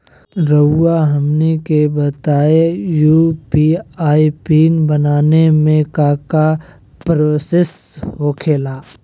रहुआ हमनी के बताएं यू.पी.आई पिन बनाने में काका प्रोसेस हो खेला?